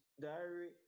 Diary